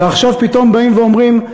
ועכשיו פתאום באים ואומרים: